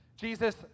Jesus